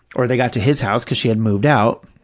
or they got to his house because she had moved out,